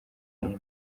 emmy